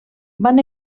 van